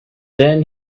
then